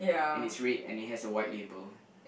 and it's red and it has a white label